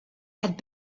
had